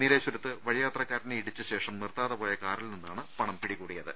നീലേശ്വരത്ത് വഴിയാത്രക്കാരനെ ഇടിച്ച ശേഷം നിർത്താതെ പോയ കാറിൽ നിന്നാണ് പണം പിടികൂടിയത്